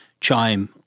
chime